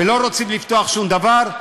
ולא רוצים לפתוח שום דבר,